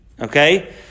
okay